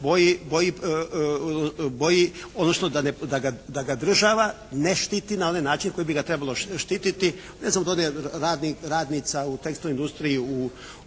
boji odnosno boji da ga država ne štiti na onaj način na koji bi ga trebalo štititi. Ne znam, od onih radnica u Tekstilnoj industriji